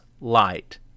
light